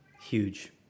huge